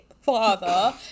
father